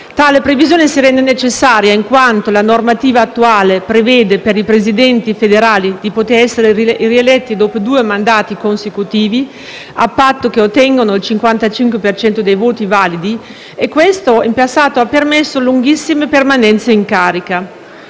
Tale previsione si rende necessaria in quanto la normativa attuale prevede, per i presidenti federali, di poter essere rieletti dopo due mandati consecutivi a patto che ottengano il 55 per cento dei voti validi. Questo in passato ha permesso lunghissime permanenze in carica.